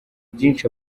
byinshi